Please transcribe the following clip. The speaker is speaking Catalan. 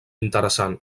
interessant